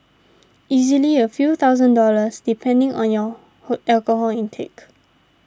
easily a few thousand dollars depending on your hook alcohol intake